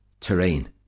Terrain